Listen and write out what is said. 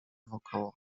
wokoło